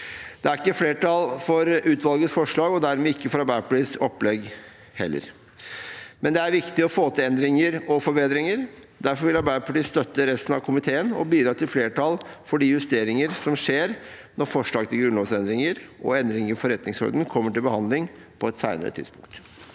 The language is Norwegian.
Det er ikke flertall for utvalgets forslag og dermed heller ikke for Arbeiderpartiets opplegg. Men det er viktig å få til endringer og forbedringer. Derfor vil Arbeiderpartiet støtte resten av komiteen og bidra til flertall for de justeringer som skjer, når forslag til grunnlovsendringer og endring i forretningsordenen kommer til behandling på et senere tidspunkt.